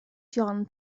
john